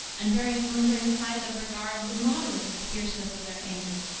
and various lingering ties of regard, would moderate the fierceness of their anger,